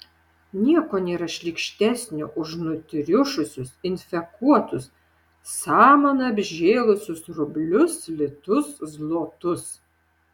nieko nėra šlykštesnio už nutriušusius infekuotus samana apžėlusius rublius litus zlotus